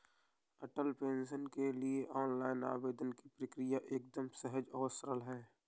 अटल pension के लिए online आवेदन की प्रक्रिया एकदम सहज और सरल है